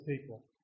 people